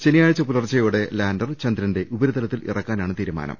ശനിയാഴ്ച പുലർച്ചെയോടെ ലാന്റർ ചന്ദ്രന്റെ ഉപരിതല ത്തിൽ ഇറക്കാനാണ് തീരുമാനം